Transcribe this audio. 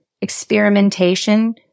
experimentation